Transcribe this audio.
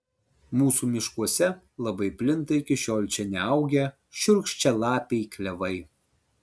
mūsų miškuose labai plinta iki šiol čia neaugę šiurkščialapiai klevai